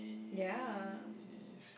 ya